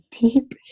deep